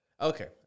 Okay